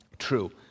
true